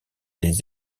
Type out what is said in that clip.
des